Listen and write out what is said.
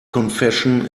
confession